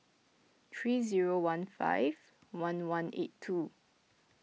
three zero one five one one eight two